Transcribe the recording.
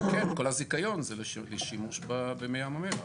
כן, כל הזיכיון זה לשימוש במי ים המלח.